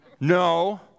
No